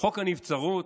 חוק הנבצרות,